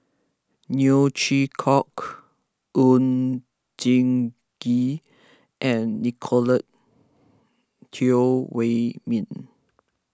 Neo Chwee Kok Oon Jin Gee and Nicolette Teo Wei Min